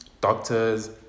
doctors